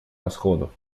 расходов